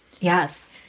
yes